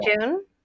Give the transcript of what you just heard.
June